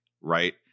right